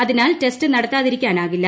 അതിനാൽ ടെസ്റ്റ് നടത്താതിരിക്കാണാകില്ല